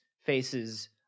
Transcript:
faces